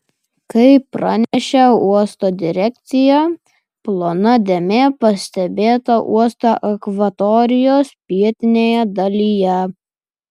kaip pranešė uosto direkcija plona dėmė pastebėta uosto akvatorijos pietinėje dalyje